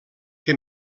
que